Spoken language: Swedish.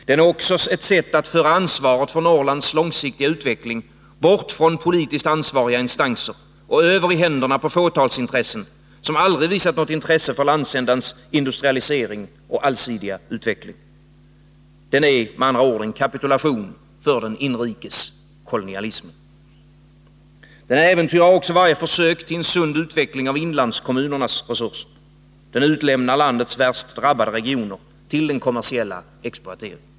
Den är också ett sätt att föra ansvaret för Norrlands långsiktiga utveckling bort från politiskt ansvariga instanser och över i händerna på fåtalsintressen, som aldrig visat något intresse för landsändans industrialisering och allsidiga utveckling. Den är med andra ord en kapitulation för den inrikes kolonialismen. Den äventyrar också varje försök till en sund utveckling av inlandskommunernas resurser. Den utlämnar landets värst drabbade regioner till den kommersiella exploateringen.